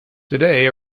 today